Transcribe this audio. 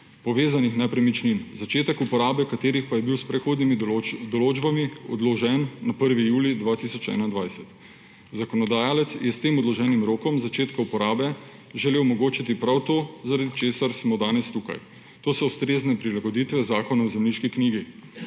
povezanih nepremičnin, začetek uporabe katerih pa je bil s prehodnimi določbami odložen na 1. julij 2021. Zakonodajalec je s tem odloženim rokom na začetku uporabe želel omogočiti prav to, zaradi česar smo danes tukaj. To so ustrezne prilagoditve Zakona o zemljiški knjigi,